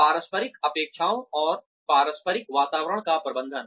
पारस्परिक अपेक्षाओं और पारस्परिक वातावरण का प्रबंधन